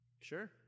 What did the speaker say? Sure